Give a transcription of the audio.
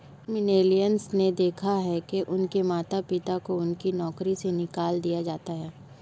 millennials ने देखा है कि उनके माता पिता को उनकी नौकरी से निकाल दिया जाता है